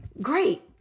Great